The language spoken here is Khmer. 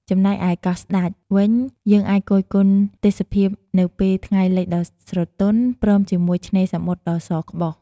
ចំណែកឯកោះស្តេចវិញ យើងអាចគយគន់ទេសភាពនៅពេលថ្ងៃលិចដ៏ស្រទន់ ព្រមជាមួយឆ្នេរសមុទ្រដ៏សក្បុស។